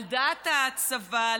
על דעת הצבא,